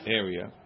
area